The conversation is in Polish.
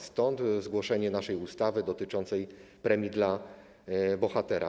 Stąd zgłoszenie naszej ustawy dotyczącej premii dla bohatera.